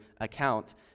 account